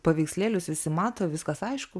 paveikslėlius visi mato viskas aišku